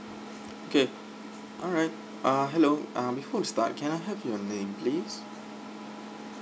okay all right err hello um before we start can I have your name please